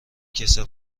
کسل